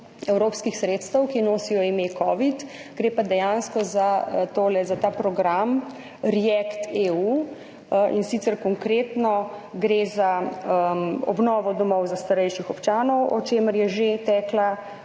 evropskih sredstev, ki nosijo ime covid. Gre pa dejansko za ta program React-EU. In sicer konkretno, gre za obnovo domov starejših občanov, o čemer je že tekla